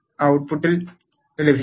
ട്ട് പുട്ട് ലഭിക്കും